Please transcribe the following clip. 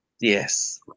Yes